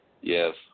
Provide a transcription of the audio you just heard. Yes